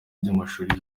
by’amashuri